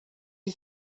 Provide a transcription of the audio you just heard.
you